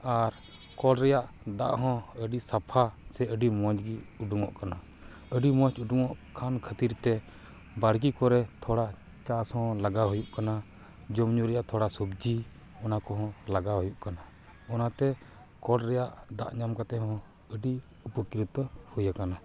ᱟᱨ ᱠᱚᱞ ᱨᱮᱭᱟᱜ ᱫᱟᱜ ᱦᱚᱸ ᱟᱹᱰᱤ ᱥᱟᱯᱷᱟ ᱥᱮ ᱟᱹᱰᱤ ᱢᱚᱸᱡᱽ ᱜᱮ ᱩᱰᱩᱝᱚᱜ ᱠᱟᱱᱟ ᱟᱹᱰᱤ ᱢᱚᱸᱡ ᱩᱰᱩᱝᱚᱜ ᱠᱟᱱ ᱠᱷᱟᱹᱛᱤᱨ ᱛᱮ ᱵᱟᱹᱲᱜᱤ ᱠᱚᱨᱮ ᱛᱷᱚᱲᱟ ᱪᱟᱥ ᱦᱚᱸ ᱞᱟᱜᱟᱣ ᱦᱩᱭᱩᱜ ᱠᱟᱱᱟ ᱡᱚᱢ ᱧᱩ ᱨᱮᱭᱟᱜ ᱛᱷᱚᱲᱟ ᱥᱚᱵᱡᱤ ᱚᱱᱟ ᱠᱚᱦᱚᱸ ᱞᱟᱦᱟᱣ ᱦᱩᱭᱩᱜ ᱠᱟᱱᱟ ᱚᱱᱟ ᱛᱮ ᱠᱚᱞ ᱨᱮᱭᱟᱜ ᱫᱟᱜ ᱧᱟᱢ ᱠᱟᱛᱮ ᱦᱚᱸ ᱟᱹᱰᱤ ᱩᱯᱚᱠᱤᱨᱤᱛᱚ ᱦᱩᱭ ᱟᱠᱟᱱᱟ